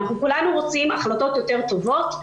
אנחנו כולנו רוצים החלטות יותר טובות.